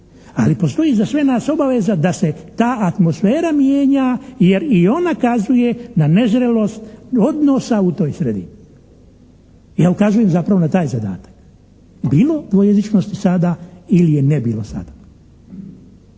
Ali postoji za sve nas obaveza da se ta atmosfera mijenja jer i ona kazuje na nezrelost odnosa u toj sredini. Ja ukazujem zapravo na taj zadatak. Bilo dvojezičnosti sada ili je ne bilo sada.